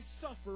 suffer